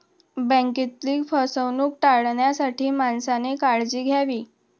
बँकेतील फसवणूक टाळण्यासाठी माणसाने काळजी घ्यावी